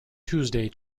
tuesday